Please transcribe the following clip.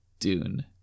Dune